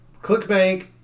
ClickBank